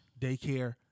Daycare